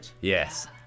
yes